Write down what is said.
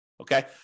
Okay